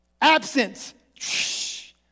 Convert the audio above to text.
absence